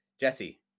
Jesse